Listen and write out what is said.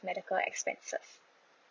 medical expenses